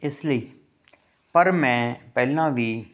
ਇਸ ਲਈ ਪਰ ਮੈਂ ਪਹਿਲਾਂ ਵੀ